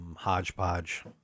Hodgepodge